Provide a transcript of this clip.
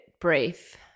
brief